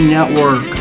Network